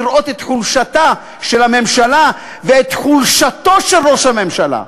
לראות את חולשתה של הממשלה ואת חולשתו של ראש הממשלה,